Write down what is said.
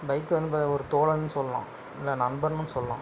bike வந்து பா ஒரு தோழன் சொல்லலாம் இல்லை நண்பன்னும் சொல்லலாம்